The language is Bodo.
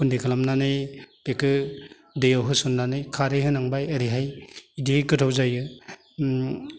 गुन्दै खालामनानै बेखौ दैयाव होसननानै खारै होनांबाय ओरैहाय बिदियै गोथाव जायो